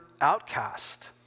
outcast